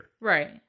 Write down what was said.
right